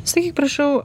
sakyk prašau